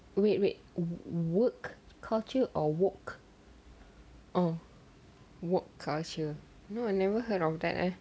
wait wait work culture or walk oh woke culture no I never heard of that leh